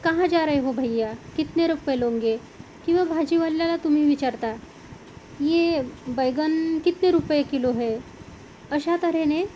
कहा जा रहे हो भैय्या कितने रुपये लोगे किंवा भाजीवाल्याला तुम्ही विचारता ये बैगन कितने रुपये किलो हे अशा तऱ्हेने